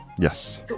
Yes